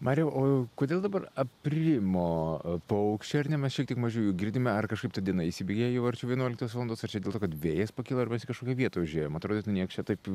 mariau o kodėl dabar aprimo paukščiai ar ne mes šiek tiek mažiau jų girdime ar kažkaip ta diena įsibėgėjo jau arčiau vienuoliktos valandos ar čia dėl to kad vėjas pakilo arba mes į kažkokią vietą užėjom atrodytų nieks čia taip